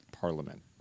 Parliament